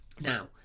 Now